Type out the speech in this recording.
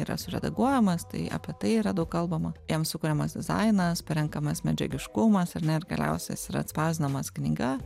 yra suredaguojamas tai apie tai yra daug kalbama jam sukuriamas dizainas parenkamas medžiagiškumas ar ne ir galiausiai jis yra atspausdinamas knyga